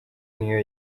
niyo